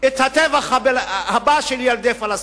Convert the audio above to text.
את הטבח הבא של ילדי פלסטין.